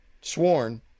sworn